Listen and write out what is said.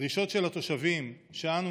הדרישות של התושבים שאנו,